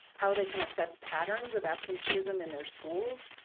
how they can assess patterns of absenteeism in their schools,